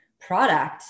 product